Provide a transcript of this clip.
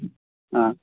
ꯑꯥ